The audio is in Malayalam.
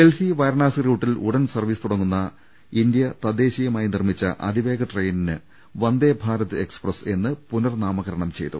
ഡൽഹി വാരണാസി റൂട്ടിൽ ഉടൻ സർവ്വീസ് തുടങ്ങുന്ന ഇന്ത്യ തദ്ദേശീയമായി നിർമ്മിച്ച് അതിവേഗ ട്രെയിനിന് വന്ദേ ഭാരത് എക്സ്പ്രസ് എന്ന് പുനർ നാമകരണം ചെയ്തു